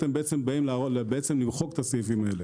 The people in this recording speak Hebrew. אתם בעצם באים למחוק את הסעיפים האלה.